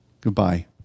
Goodbye